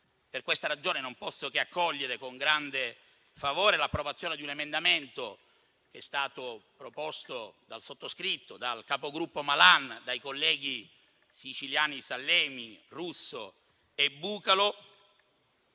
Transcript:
Per questa ragione non posso che accogliere con grande favore l'approvazione di un emendamento che è stato proposto dal sottoscritto, dal capogruppo Malan, dai colleghi siciliani Sallemi, Russo e Bucalo,